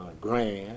Grand